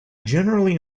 generally